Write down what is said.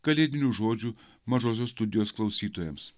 kalėdinių žodžių mažosios studijos klausytojams